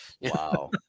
Wow